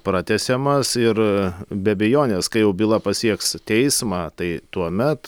pratęsiamas ir be abejonės kai jau byla pasieks teismą tai tuomet